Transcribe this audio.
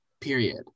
period